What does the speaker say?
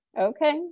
Okay